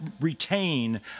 retain